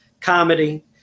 Comedy